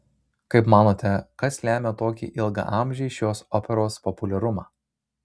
kaip manote kas lemia tokį ilgaamžį šios operos populiarumą